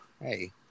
Hey